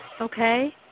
okay